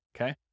okay